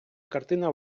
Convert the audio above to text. картина